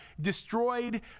destroyed